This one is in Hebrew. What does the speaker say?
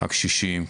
הקשישים,